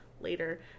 later